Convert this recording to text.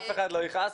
אף אחד לא יכעס,